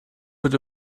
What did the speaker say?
wird